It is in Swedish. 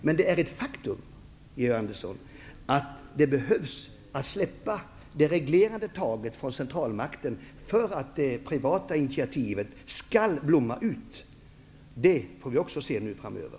Men det är ett faktum, Georg Andersson, att centralmakten måste släppa sitt reglerande grepp för att det privata initiativet skall kunna blomma ut. Det får vi också se exempel på nu framöver.